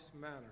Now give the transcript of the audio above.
manner